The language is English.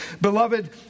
beloved